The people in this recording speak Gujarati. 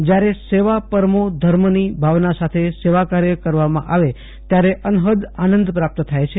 જયારે સેવા પરમો ધર્મની ભાવના સાથે સેવા કાર્ય કરવામાં આવે ત્યારે અનહદ આનંદ પ્રાપ્ત થાય છે